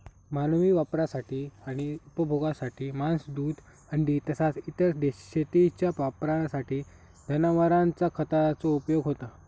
मानवी वापरासाठी आणि उपभोगासाठी मांस, दूध, अंडी तसाच इतर शेतीच्या वापरासाठी जनावरांचा खताचो उपयोग होता